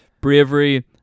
Bravery